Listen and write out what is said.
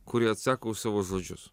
kurie atsako už savo žodžius